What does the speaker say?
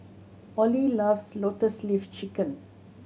Ollie loves Lotus Leaf Chicken